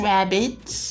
Rabbits